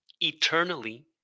eternally